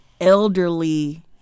elderly